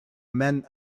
men